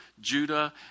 judah